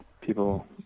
people